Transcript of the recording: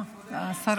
השר